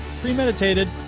premeditated